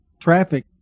traffic